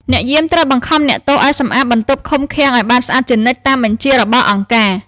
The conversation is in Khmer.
អ្នកយាមត្រូវបង្ខំអ្នកទោសឱ្យសម្អាតបន្ទប់ឃុំឃាំងឱ្យបានស្អាតជានិច្ចតាមបញ្ជារបស់អង្គការ។